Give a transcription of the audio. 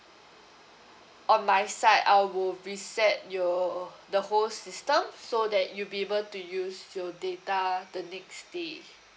on my side I will reset your the whole system so that you'll be able to use your data the next day